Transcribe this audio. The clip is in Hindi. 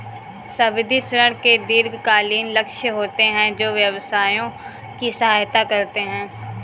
सावधि ऋण के दीर्घकालिक लक्ष्य होते हैं जो व्यवसायों की सहायता करते हैं